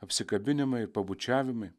apsikabinimai ir pabučiavimai